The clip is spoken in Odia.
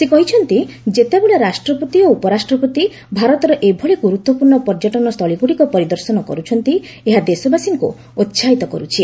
ସେ କହିଛନ୍ତି ଯେତେବେଳେ ରାଷ୍ଟ୍ରପତି ଓ ଉପରାଷ୍ଟ୍ରପତି ଭାରତର ଏଭଳି ଗ୍ରର୍ତ୍ୱପୂର୍ଣ୍ଣ ପର୍ଯ୍ୟଟନ ସ୍ଥଳୀଗୁଡ଼ିକ ପରିଦର୍ଶନ କରୁଛନ୍ତି ଏହା ଦେଶବାସୀଙ୍କୁ ଉସାହିତ କରୁଛି